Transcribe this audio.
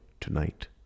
tonight